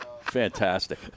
Fantastic